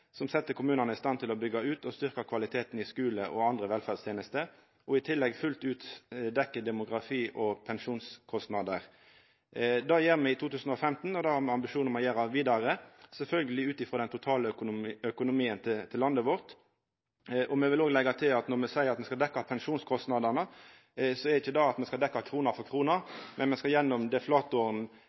som set kommunane i stand til å byggja ut og styrkja kvaliteten i skule og andre velferdstenester, og i tillegg fullt ut dekkja demografi- og pensjonskostnader. Det gjer me i 2015, og det har me ambisjonar om å gjera vidare – sjølvsagt ut frå den totale økonomien til landet vårt. Eg vil òg leggja til at når me seier at ein skal dekkja pensjonskostnadene, er ikkje det at me skal dekkja krone for krone, men me skal, gjennom